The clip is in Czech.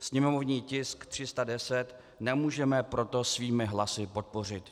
Sněmovní tisk 310 nemůžeme proto svými hlasy podpořit.